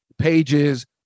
pages